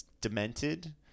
demented